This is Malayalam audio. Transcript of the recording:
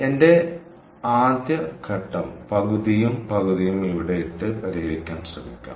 എന്റെ ആദ്യ ഘട്ടം പകുതിയും പകുതിയും ഇവിടെ ഇട്ട് പരിഹരിക്കാൻ ശ്രമിക്കാം